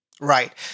Right